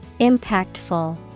Impactful